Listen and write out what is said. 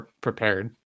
prepared